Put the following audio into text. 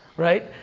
right?